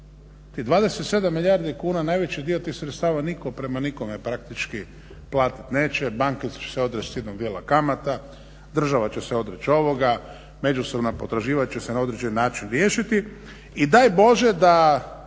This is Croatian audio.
Tih 27 milijardi kuna najveći dio tih sredstava nitko prema nikome praktički platiti neće, banke će se odreći jednog djela kamata, država će se odreći ovoga, međusobna potraživanja će se na određeni način riješiti i da j Bože da